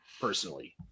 personally